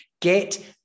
Get